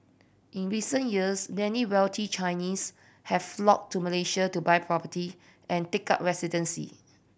in recent years many wealthy Chinese have flocked to Malaysia to buy property and take up residency